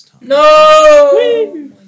No